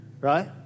right